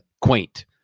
quaint